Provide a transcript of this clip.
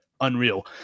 unreal